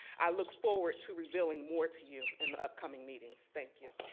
i look forward to revealing more to you in upcoming meetings, thank you.